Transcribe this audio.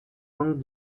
long